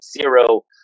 zero